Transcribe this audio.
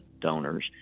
donors